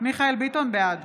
בעד